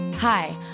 Hi